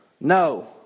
No